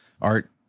art